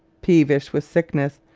peevish with sickness,